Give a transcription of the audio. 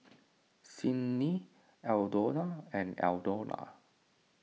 Sydnee Aldona and Aldona